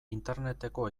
interneteko